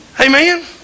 Amen